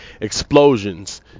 explosions